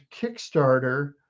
Kickstarter